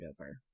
over